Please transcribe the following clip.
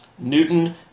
Newton